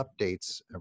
updates